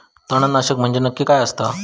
तणनाशक म्हंजे नक्की काय असता?